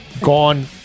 gone